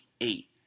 eight